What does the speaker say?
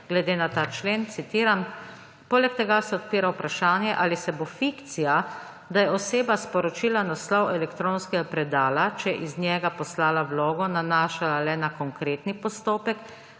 glede na ta člen. Citiram: »Poleg tega se odpira vprašanje, ali se bo fikcija, da je oseba sporočila naslov elektronskega predala, če je iz njega poslala vlogo, nanašala le na konkretni postopek